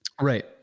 right